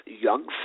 young